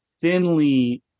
thinly